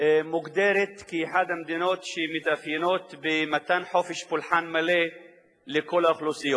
מוגדרת כאחת המדינות שמתאפיינות במתן חופש פולחן מלא לכל האוכלוסיות.